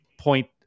point